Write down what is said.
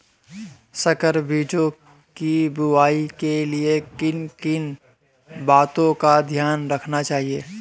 संकर बीजों की बुआई के लिए किन किन बातों का ध्यान रखना चाहिए?